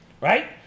Right